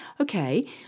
okay